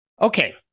Okay